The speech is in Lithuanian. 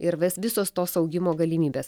ir visos tos augimo galimybės